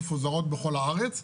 מפוזרות בכל הארץ,